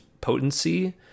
potency